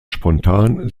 spontan